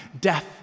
Death